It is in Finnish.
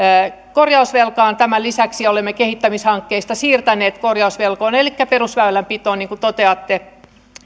korjausvelkaan tämän lisäksi olemme kehittämishankkeista siirtäneet korjausvelkaan elikkä perusväylänpitoon niin kuin toteatte